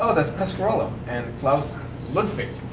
ah that's pescarolo and klaus ludwig.